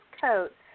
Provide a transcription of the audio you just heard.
coat